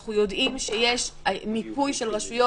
אנחנו יודעים שיש מיפוי של רשויות.